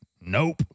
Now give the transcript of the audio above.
nope